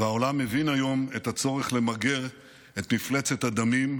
והעולם מבין היום את הצורך למגר את מפלצת הדמים,